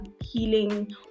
healing